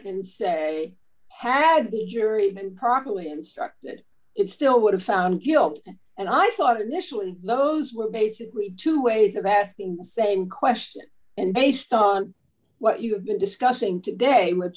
jury been properly instructed it still would have found guilt and i thought a little those were basically two ways of asking the same question and based on what you've been discussing today with